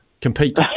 Compete